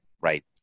right